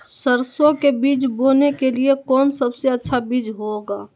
सरसो के बीज बोने के लिए कौन सबसे अच्छा बीज होगा?